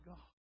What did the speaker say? God